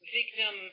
victim